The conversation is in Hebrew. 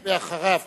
אחריה,